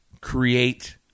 create